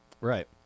right